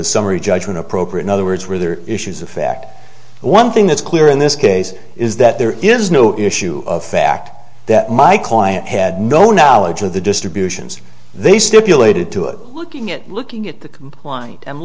was summary judgment appropriate in other words where there are issues of fact one thing that's clear in this case is that there is no issue of fact that my client had no knowledge of the distributions they stipulated to it looking at looking at the compliant